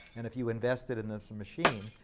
and if you invested in this machine,